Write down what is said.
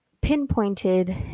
pinpointed